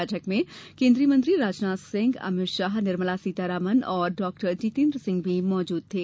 बैठक में केन्द्रीय मंत्री राजनाथ सिंह अमित शाह निर्मला सीतारामन और डॉ जितेन्द्र सिंह भी मौजूद थे